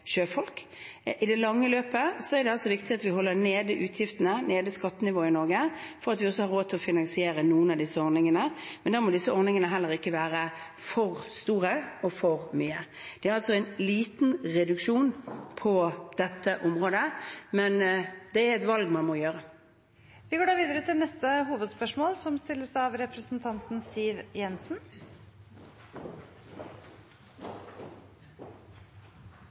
sjøfolk. I det lange løp er det viktig at vi holder utgiftene og skattenivået i Norge nede for at vi skal ha råd til å finansiere noen av disse ordningene. Men da må disse ordningene ikke være for store og for mye. Det er altså en liten reduksjon på dette området, men det er et valg man må gjøre. Vi går videre til neste hovedspørsmål.